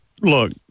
look